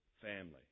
family